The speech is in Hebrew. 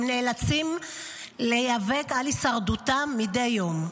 נאלצים להיאבק על הישרדותם מדי יום.